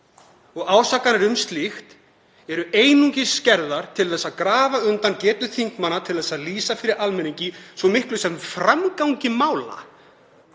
og ásakanir um slíkt eru einungis lagðar fram til að grafa undan getu þingmanna til að lýsa fyrir almenningi svo miklu sem framgangi mála.